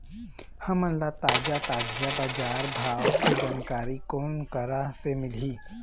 हमन ला ताजा ताजा बजार भाव के जानकारी कोन करा से मिलही?